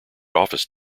office